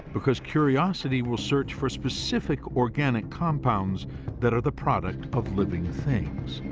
because curiosity will search for specific organic compounds that are the product of living things,